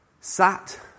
sat